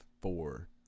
four